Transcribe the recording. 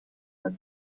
not